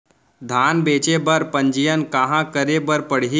धान बेचे बर पंजीयन कहाँ करे बर पड़ही?